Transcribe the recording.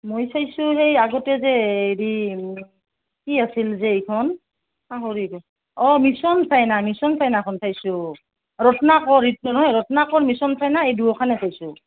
মই চাইছোঁ সেই আগতে যে হেৰি কি আছিল যে এইখন পাহৰিলোঁ অঁ মিছন চাইনা মিছন চাইনাখন চাইছোঁ ৰত্নাকৰ ৰত্নাকৰ মিছন চাইনা এই দুয়োখনে চাইছোঁ